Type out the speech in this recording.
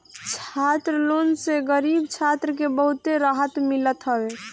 छात्र लोन से गरीब छात्र के बहुते रहत मिलत हवे